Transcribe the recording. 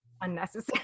unnecessary